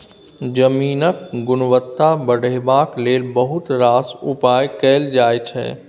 जमीनक गुणवत्ता बढ़ेबाक लेल बहुत रास उपाय कएल जाइ छै